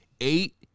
eight